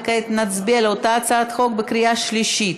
וכעת נצביע על אותה הצעת חוק בקריאה שלישית.